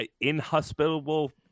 inhospitable